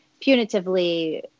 punitively